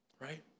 Right